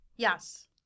Yes